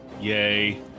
yay